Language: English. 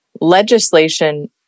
legislation